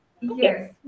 Yes